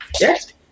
Yes